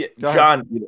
John